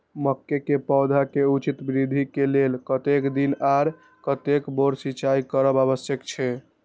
मके के पौधा के उचित वृद्धि के लेल कतेक दिन आर कतेक बेर सिंचाई करब आवश्यक छे?